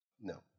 No